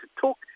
talk